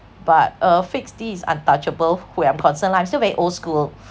but a fixed D is untouchable where I'm concerned lah I'm still very old school